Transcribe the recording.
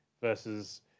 versus